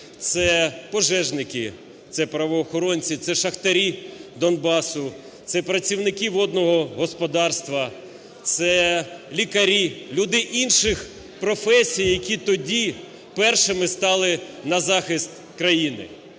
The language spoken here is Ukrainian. це пожежники, це правоохоронці, це шахтарі Донбасу, це працівники водного господарства, це лікарі, люди інших професій, які тоді першими стали на захист країни.